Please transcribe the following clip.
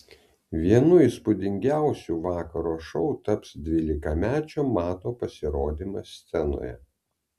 vienu įspūdingiausių vakaro šou taps dvylikamečio mato pasirodymas scenoje